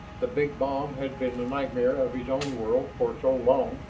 the big bomb had been the nightmare of his own world for so long,